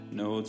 no